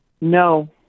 No